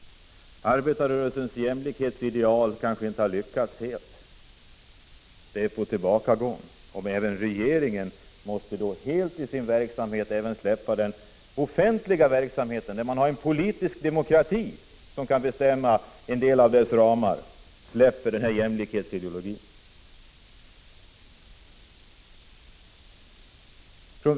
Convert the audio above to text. Arbetarrörelsens jämlikhetsideal har kanske inte lyckats helt — det är nämligen på tillbakagång. Även regeringen måste i sin verksamhet helt släppa dessa ideal. Den offentliga verksamheten, där det finns en politisk demokrati som kan bestämma en del av dessa ramar, släpper också jämlikhetsideologin.